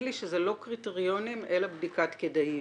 לי שזה לא קריטריונים אלא בדיקת כדאיות.